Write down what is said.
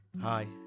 Hi